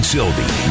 Sylvie